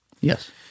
Yes